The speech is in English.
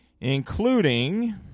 including